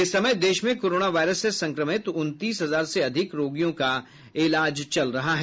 इस समय देश में कोरोना वायरस से संक्रमित उनतीस हजार से अधिक रोगियों का इलाज हो रहा हैं